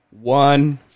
One